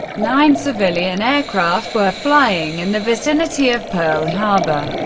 nine civilian aircraft were flying in the vicinity of pearl harbor.